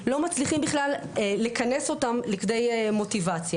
לא מצליחים בכלל לכנס אותם לכדי מוטיבציה.